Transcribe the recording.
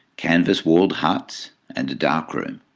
canvas-walled huts and a dark room.